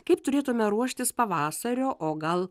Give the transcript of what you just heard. kaip turėtume ruoštis pavasario o gal